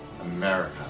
America